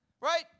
Right